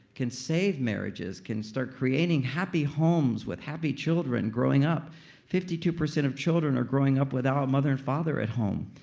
can save marriages. can start creating happy homes, with happy children growing up fifty two percent of children are growing up without a mother and father at home.